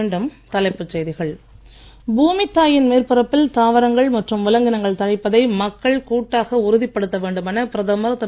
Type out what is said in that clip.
மீண்டும் தலைப்புச் செய்திகள் பூமித்தாயின் மேற்பரப்பில் தாவரங்கள் மற்றும் விலங்கினங்கள் தழைப்பதை மக்கள் கூட்டாக உறுதிப்படுத்த வேண்டுமென பிரதமர் திரு